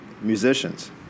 musicians